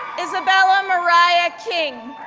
isabella mariah king,